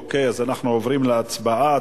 אוקיי, אנחנו עוברים להצבעה.